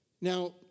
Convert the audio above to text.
Now